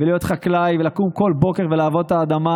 להיות חקלאי ולקום בכל בוקר ולעבוד את האדמה,